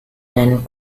than